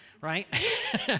right